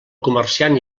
comerciant